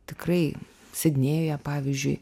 tikrai sidnėjuje pavyzdžiui